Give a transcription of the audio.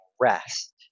rest